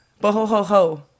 Bo-ho-ho-ho